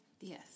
Yes